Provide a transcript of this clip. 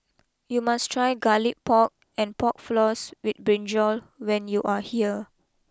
you must try Garlic Pork and Pork Floss with Brinjal when you are here